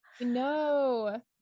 No